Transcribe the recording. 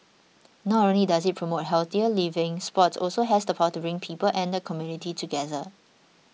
not only does it promote healthier living sports also has the power to bring people and the community together